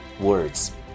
words